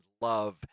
love